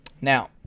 Now